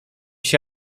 się